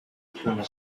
pune